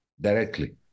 directly